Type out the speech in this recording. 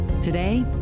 Today